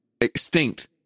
extinct